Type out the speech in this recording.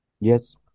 Yes